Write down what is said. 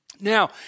Now